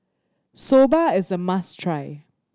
soba is a must try